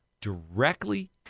directly